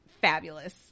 fabulous